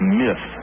myth